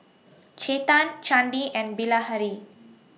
Chetan Chandi and Bilahari